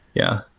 yeah.